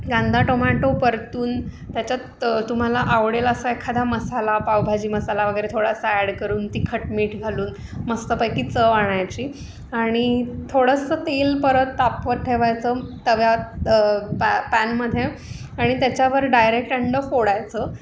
कांदा टोमॅटो परतून त्याच्यात तुम्हाला आवडेल असा एखादा मसाला पावभाजी मसाला वगैरे थोडासा ॲड करून तिखटमीट घालून मस्तपैकी चव आणायची आणि थोडंसं तेल परत तापवत ठेवायचं तव्यात पॅ पॅनमध्ये आणि त्याच्यावर डायरेक्ट अंड फोडायचं